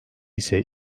ise